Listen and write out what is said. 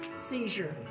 seizure